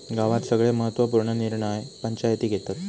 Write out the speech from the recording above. गावात सगळे महत्त्व पूर्ण निर्णय पंचायती घेतत